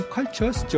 Cultures